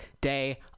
day